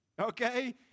okay